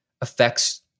affects